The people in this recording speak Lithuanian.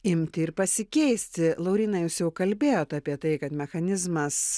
imti ir pasikeisti lauryna jūs jau kalbėjot apie tai kad mechanizmas